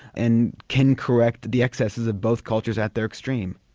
and can correct the excesses of both cultures at their extreme.